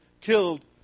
killed